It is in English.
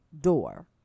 door